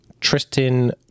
Tristan